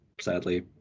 sadly